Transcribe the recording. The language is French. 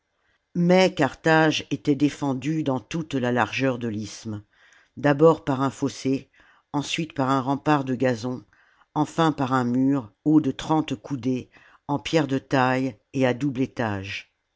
mais carthage était défendue dans toute la largeur de l'isthme d'abord par un fossé ensuite par un rempart de gazon enfin par un mur haut de trente coudées en pierres de taille et à double étage